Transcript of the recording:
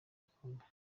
gikombe